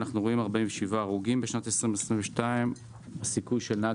אנחנו רואים 47 הרוגים בשנת 2022. הסיכוי של נהג